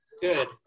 Good